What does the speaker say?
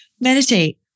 meditate